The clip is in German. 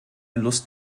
lust